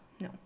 no